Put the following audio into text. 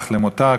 אך למותר,